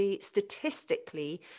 statistically